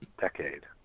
decade